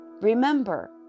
Remember